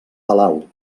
palau